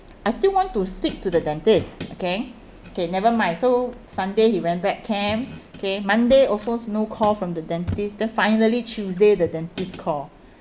I still want to speak to the dentist okay okay never mind so sunday he went back camp okay monday also no call from the dentist then finally tuesday the dentist call